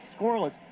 scoreless